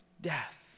death